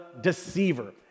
deceiver